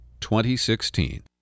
2016